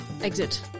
exit